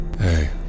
Hey